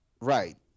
Right